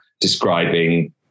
describing